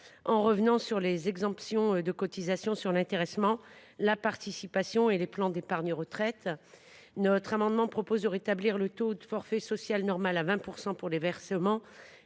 en revenant sur les exemptions de cotisations sur l’intéressement, la participation et les plans d’épargne retraite. Notre amendement tend plus précisément à rétablir le taux de forfait social normal à 20 % pour les versements